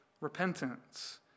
repentance